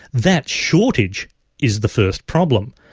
that shortage is the first problem.